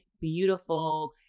beautiful